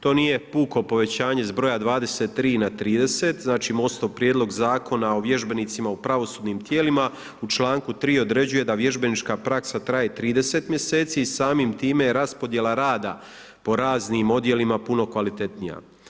To nije puko povećanje s broja 23 na 30, znači Mostov prijedlog zakona o vježbenicima u pravosudnim tijelima u članku 3. određuje da vježbenička praksa traje 30 mjeseci i samim time je raspodjela rada po raznim odjelima puno kvalitetnija.